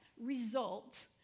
result